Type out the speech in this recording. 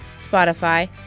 Spotify